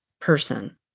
person